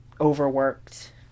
overworked